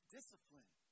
Discipline